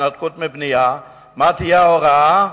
התנתקות מבנייה מה תהיה ההוראה?